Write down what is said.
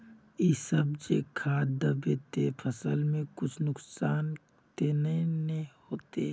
इ सब जे खाद दबे ते फसल में कुछ नुकसान ते नय ने होते